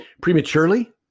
prematurely